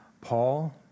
Paul